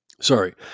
Sorry